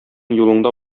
юлыңда